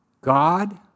God